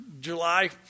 July